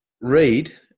read